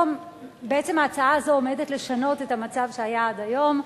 בעצם ההצעה הזאת עומדת לשנות את המצב שהיה עד היום.